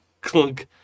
clunk